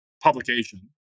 publication